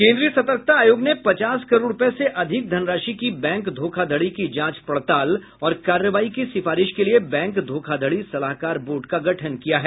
केंद्रीय सतर्कता आयोग ने पचास करोड़ रुपये से अधिक धनराशि की बैंक धोखाधड़ी की जांच पड़ताल और कार्रवाई की सिफारिश के लिए बैंक धोखाधड़ी सलाहकार बोर्ड का गठन किया है